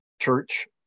church